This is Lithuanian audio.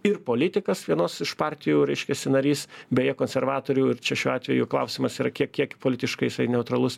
ir politikas vienos iš partijų reiškiasi narys beje konservatorių ir čia šiuo atveju klausimas yra kiek kiek politiškai jisai neutralus